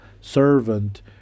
servant